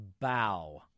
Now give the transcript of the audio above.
bow –